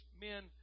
men